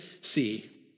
see